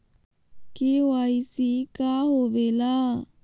KYC का होवेला?